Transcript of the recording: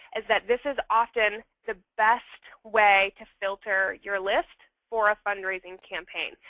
is that this is often the best way to filter your list for a fundraising campaign.